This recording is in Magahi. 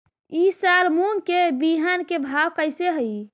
ई साल मूंग के बिहन के भाव कैसे हई?